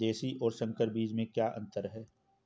देशी और संकर बीज में क्या अंतर है?